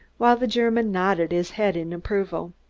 while the german nodded his head in approval.